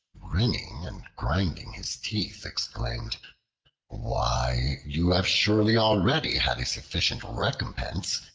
grinning and grinding his teeth, exclaimed why, you have surely already had a sufficient recompense,